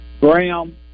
Graham